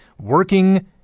working